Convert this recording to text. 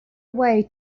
away